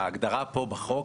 ההגדרה פה בחוק,